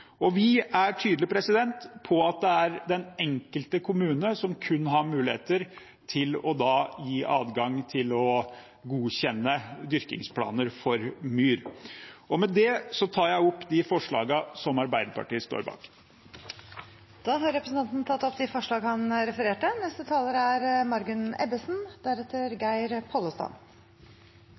Vi er tydelig på at det kun er den enkelte kommune som har muligheter til å gi adgang til å godkjenne dyrkingsplaner for myr. Med det tar jeg opp det forslaget som Arbeiderpartiet står bak. Representanten Nils Kristen Sandtrøen har tatt opp forslaget han refererte